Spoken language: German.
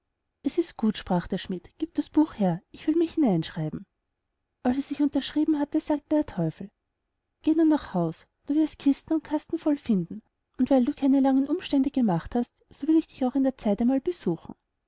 es ist gut sprach der schmid gib das buch her ich will mich hineinschreiben als er sich unterschrieben sagte der teufel geh nur nach haus du wirst kisten und kasten voll finden und weil du keine lange umstände gemacht hast so will ich dich auch in der zeit einmal besuchen